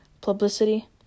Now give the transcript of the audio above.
publicity